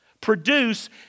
produce